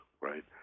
right